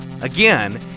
Again